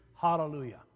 Hallelujah